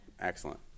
Excellent